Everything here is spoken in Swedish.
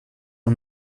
och